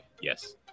Yes